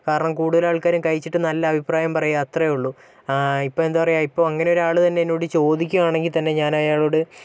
കാരണം കൂടുതല് ആള്ക്കാരും കഴിച്ചിട്ട് നല്ല അഭിപ്രായം പറയും അത്രയേയുള്ളൂ ഇപ്പം എന്താ പറയുക ഇപ്പം അങ്ങനെ ഒരു ആളുതന്നെ എന്നോട് ചോദിക്കുകയാണെങ്കില് തന്നെ ഞാന് അയാളോട്